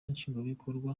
nshingwabikorwa